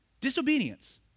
Disobedience